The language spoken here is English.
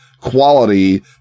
quality